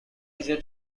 easier